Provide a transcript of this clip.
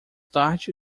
tarde